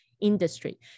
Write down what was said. industry